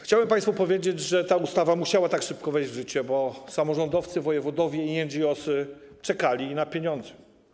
Chciałbym państwu powiedzieć, że ta ustawa musiała tak szybko wejść w życie, bo samorządowcy, wojewodowie i NGOs czekali na pieniądze.